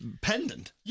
pendant